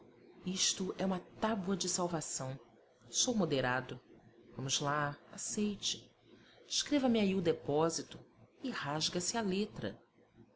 isto é uma tábua de salvação sou moderado vamos lá aceite escreva-me aí o depósito e rasga se a letra